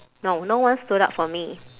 no no one stood up for me